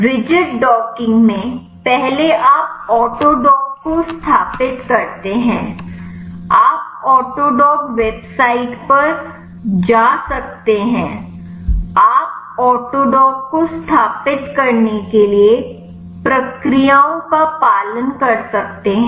rigid docking में पहले आप ऑटोडॉक को स्थापित करते हैं आप ऑटोडॉक वेबसाइट पर जा सकते हैं और आप ऑटोडॉक को स्थापित करने के लिए प्रक्रियाओं का पालन कर सकते हैं